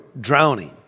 drowning